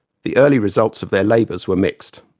the early results of their labours were mixed.